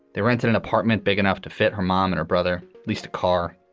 they rented an apartment big enough to fit her mom and her brother leased a car.